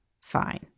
fine